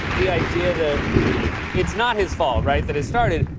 the idea that it's not his fault right? that it started,